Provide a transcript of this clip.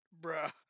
Bruh